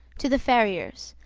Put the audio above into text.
to the farrier's,